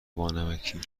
بانمکی